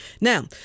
now